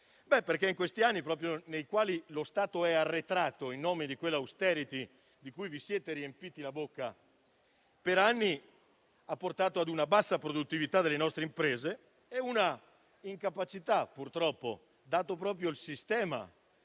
In questi anni lo Stato è arretrato, in nome di quell'*austerity* di cui vi siete riempiti la bocca, che ha portato a una bassa produttività delle nostre imprese e all'incapacità - purtroppo, dato proprio il sistema